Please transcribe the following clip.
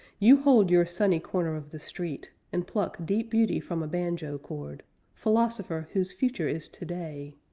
you hold your sunny corner of the street, and pluck deep beauty from a banjo chord philosopher whose future is today!